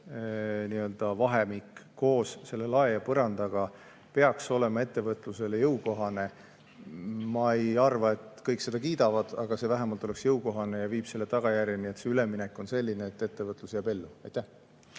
vahemik koos selle lae ja põrandaga peaks olema ettevõtlusele jõukohane. Ma ei arva, et kõik seda kiidavad, aga see on vähemalt jõukohane ja viib tagajärjeni, et see üleminek on selline, et ettevõtlus jääb ellu.